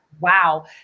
wow